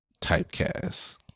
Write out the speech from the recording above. typecast